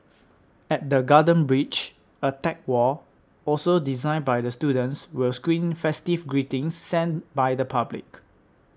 at the Garden Bridge a tech wall also designed by the students will screen festive greetings sent by the public